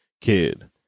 kid